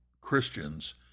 Christians